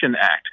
Act